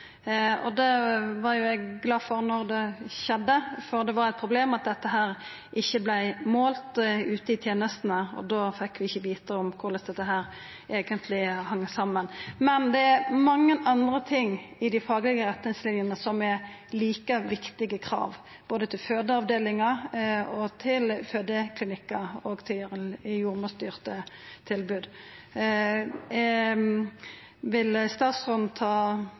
fødselen. Det var eg glad for da det skjedde, for det var eit problem at dette ikkje vart målt ute i tenestene, og da fekk vi ikkje vita korleis dette eigentleg hang saman. Men det er mange andre ting i dei faglege retningslinjene som er like viktige krav – både til fødeavdelingar, til fødeklinikkar og til jordmorstyrte tilbod. Vil statsråden ta